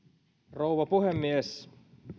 rouva puhemies